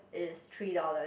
is three dollars